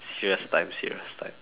serious time serious time